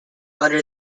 under